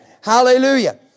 Hallelujah